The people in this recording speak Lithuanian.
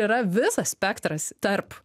yra visas spektras tarp